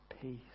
peace